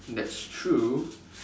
that's true